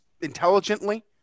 intelligently